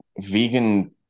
vegan